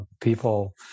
people